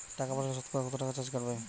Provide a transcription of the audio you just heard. টাকা পাঠালে সতকরা কত টাকা চার্জ কাটবে?